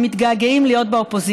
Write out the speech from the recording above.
הם כנראה מתגעגעים להיות באופוזיציה.